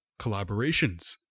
collaborations